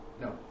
no